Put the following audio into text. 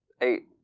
Eight